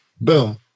Boom